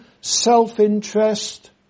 self-interest